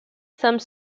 some